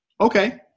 Okay